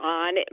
on